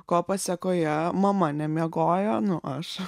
ko pasekoje mama nemiegojo nu aš